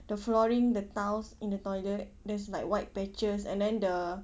the flooring the tiles in the toilet there's like white patches and then the